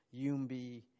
Yumbi